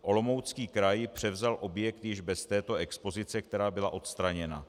Olomoucký kraj převzal objekt již bez této expozice, která byla odstraněna.